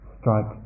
strikes